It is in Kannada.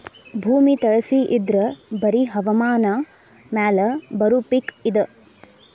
ಭೂಮಿ ತಳಸಿ ಇದ್ರ ಬರಿ ಹವಾಮಾನ ಮ್ಯಾಲ ಬರು ಪಿಕ್ ಇದ